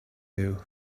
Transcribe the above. you